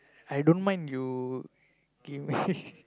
I don't mind you give me